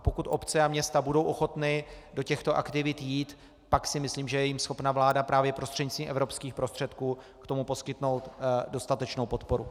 Pokud obce a města budou ochotny do těchto aktivit jít, pak si myslím, že je jim schopna vláda právě prostřednictvím evropských prostředků k tomu poskytnout dostatečnou podporu.